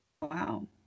Wow